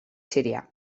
sirià